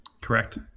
Correct